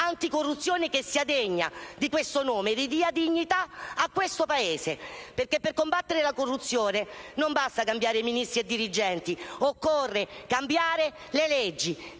anticorruzione, che sia degna di questo nome e ridia dignità a questo Paese. Perché per combattere la corruzione non basta cambiare Ministri e dirigenti, occorre cambiare le leggi.